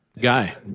guy